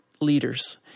leaders